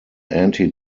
anti